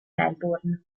melbourne